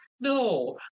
No